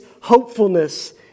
hopefulness